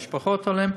המשפחות שלהם,